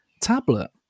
tablet